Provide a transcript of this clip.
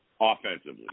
offensively